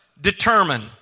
determine